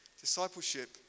discipleship